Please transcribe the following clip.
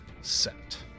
set